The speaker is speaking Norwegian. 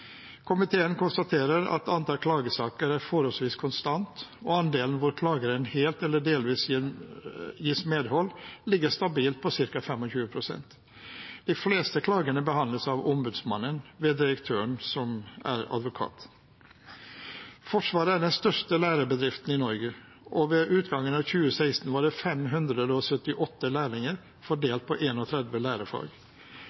Komiteen konstaterer at antall klagesaker er forholdsvis konstant, og at andelen hvor klageren helt eller delvis gis medhold, ligger stabilt på ca. 25 pst. De fleste klagene behandles av Ombudsmannen ved direktøren, som er advokat. Forsvaret er den største lærebedriften i Norge, og ved utgangen av 2016 var det 578 lærlinger